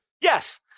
Yes